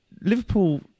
Liverpool